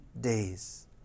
days